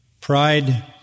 Pride